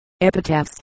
epitaphs